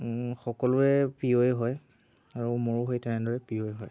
সকলোৰে প্ৰিয়ই হয় আৰু মোৰো সেই তেনেদৰে প্ৰিয়ই হয়